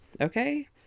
Okay